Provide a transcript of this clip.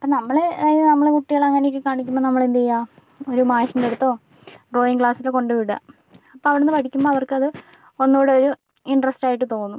ഇപ്പം നമ്മൾ അതിന് നമ്മളെ കുട്ടികൾ അങ്ങനെയൊക്കെ കാണിക്കുമ്പോൾ നമ്മൾ എന്ത് ചെയ്യുക ഒരു മാഷിൻ്റെ അടുത്തോ ഡ്രോയിങ്ങ് ക്ലാസ്സിൽ കൊണ്ടുവിടുക അപ്പോൾ അവിടെനിന്ന് പഠിക്കുമ്പോൾ അവർക്കത് ഒന്നുകൂടി ഒരു ഇൻട്രെസ്റ്റ് ആയിട്ട് തോന്നും